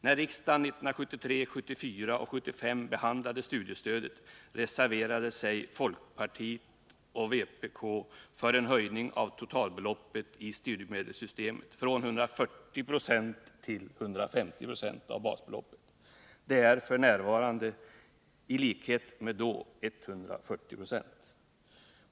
När riksdagen 1973, 1974 och 1975 behandlade studiestödet reserverade sig folkpartiet och vpk för en höjning av totalbeloppet i studiemedelssystemet från 140 96 till 150 96 av basbeloppet. Det är f. n., i likhet med då, 140 26.